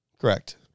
Correct